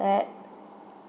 that